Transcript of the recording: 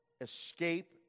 Escape